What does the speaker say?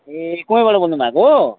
ए कुमाईबाट बोल्नुभएको